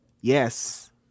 Yes